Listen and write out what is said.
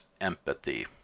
empathy